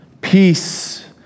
peace